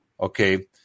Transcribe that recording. Okay